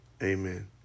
Amen